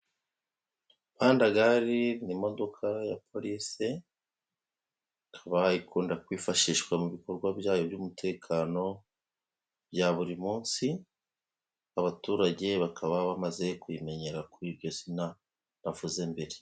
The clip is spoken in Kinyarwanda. Pandagari n'imodoka ya porisi ikaba ikunda kwifashishwa mu bikorwa byayo by'umutekano bya buri munsi, abaturage bakaba bamaze kuyimenyera kuri iryo zina navuze mbere.